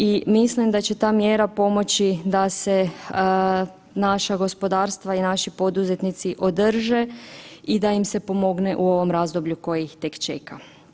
I mislim da će ta mjera pomoći da se naša gospodarstva i naši poduzetnici održe i da im se pomogne u ovom razdoblju koje ih tek čeka.